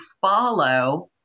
follow